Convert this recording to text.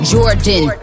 Jordan